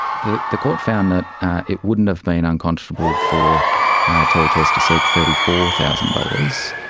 the the court found that it wouldn't have been unconscionable for telechoice to seek thirty four thousand dollars.